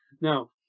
Now